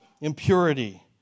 impurity